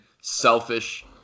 selfish